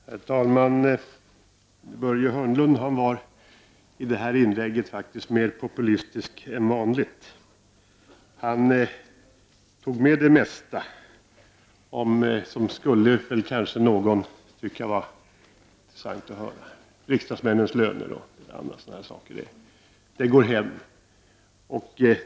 Herr talman! Börje Hörnlund var i detta inlägg mera populistisk än vanligt. Han tog med det mesta som någon kanske skulle vara intresserad av att höra. Tal om riksdagsmäns löner och annat sådant går hem.